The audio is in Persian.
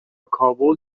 کابل